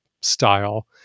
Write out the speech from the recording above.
style